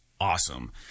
awesome